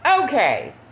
okay